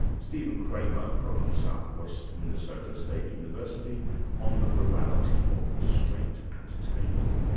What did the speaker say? steven kramer, from south west minnesota state university on the morality of restraint at table.